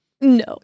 No